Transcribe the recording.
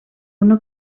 una